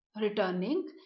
Returning